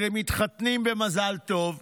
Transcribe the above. אלה מתחתנים במזל טוב,